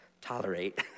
tolerate